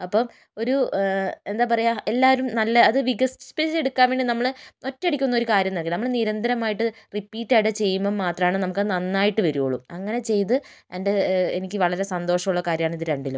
അപ്പം ഒരു എന്താ പറയുക എല്ലാവരും നല്ല അത് വികസിപ്പിച്ച് എടുക്കാൻ വേണ്ടി നമ്മൾ ഒറ്റയടിക്കൊന്നും ഒരു കാര്യവും നടക്കില്ല നമ്മൾ നിരന്തരമായിട്ട് റിപ്പീറ്റ് ആയിട്ട് ചെയ്യുമ്പം മാത്രമേ നമുക്കത് നന്നായിട്ട് വരികയുളളൂ അങ്ങനെ ചെയ്തു എൻ്റെ എനിക്ക് വളരെ സന്തോഷമുള്ള കാര്യമാണ് ഇത് രണ്ടിലും